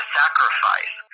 sacrifice